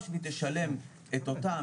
משהו שהוא רוצה להגיד שלא אמרנו עד כה - אז בשמחה.